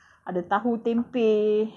ada tahu tempeh